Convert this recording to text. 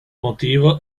motivo